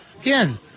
Again